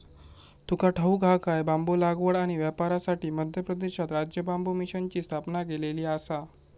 तुका ठाऊक हा काय?, बांबू लागवड आणि व्यापारासाठी मध्य प्रदेशात राज्य बांबू मिशनची स्थापना केलेली आसा